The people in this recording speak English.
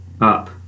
up